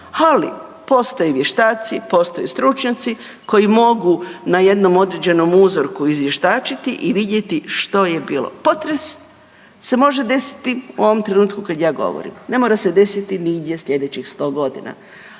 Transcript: Ali, postoje vještaci, postoje stručnjaci koji mogu na jednom određenom uzorku izvještačiti i vidjeti što je bilo, potres se može desiti u ovom trenutku kad ja govorim, ne mora se desiti nigdje sljedećih 100 godina.